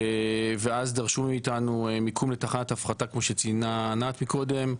ואז דרשו מאיתנו מיקום לתחנת הפחתה כמו שציינה ענת מקודם.